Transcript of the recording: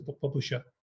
publisher